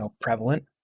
prevalent